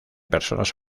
personas